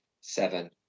Seven